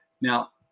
Now